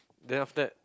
then after that